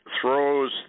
throws